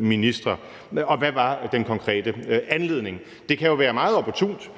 ministre, og hvad den konkrete anledning var. Det kan jo være meget opportunt,